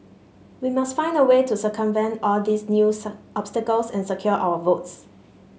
we must find a way to circumvent all these new obstacles and secure our votes